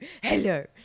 Hello